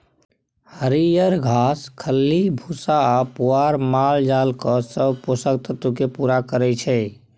हरियर घास, खल्ली भुस्सा आ पुआर मालजालक सब पोषक तत्व केँ पुरा करय छै